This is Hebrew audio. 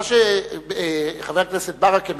מה שחבר כנסת ברכה,